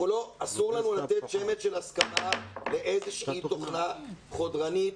שאסור לנו לתת שמץ של הסכמה לאיזושהי תוכנה חודרנית,